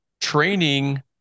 training